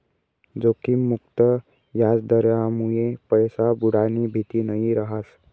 जोखिम मुक्त याजदरमुये पैसा बुडानी भीती नयी रहास